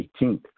18th